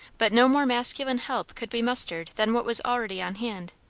but no more masculine help could be mustered than what was already on hand.